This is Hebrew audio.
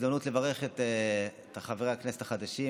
הזדמנות לברך את חברי הכנסת החדשים,